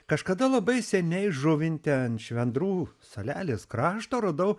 kažkada labai seniai žuvinte ant švendrų salelės krašto radau